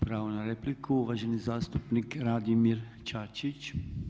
Pravo na repliku uvaženi zastupnik Radimir Čačić.